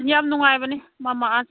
ꯌꯥꯝ ꯅꯨꯡꯉꯥꯏꯕꯅꯤ ꯃꯃꯥ ꯑꯥꯔꯠ